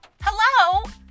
hello